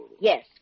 Yes